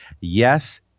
Yes